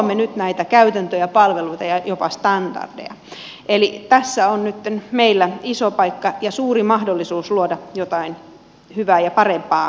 me luomme nyt näitä käytäntöjä palveluita ja jopa standardeja eli tässä on nyt meillä iso paikka ja suuri mahdollisuus luoda jotain hyvää ja parempaa hoivaa